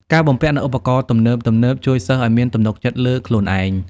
ការបំពាក់នូវឧបករណ៍ទំនើបៗជួយសិស្សឱ្យមានទំនុកចិត្តលើខ្លួនឯង។